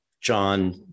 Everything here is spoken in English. John